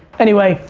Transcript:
anyway,